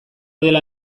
dela